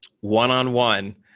One-on-one